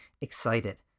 excited